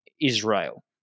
Israel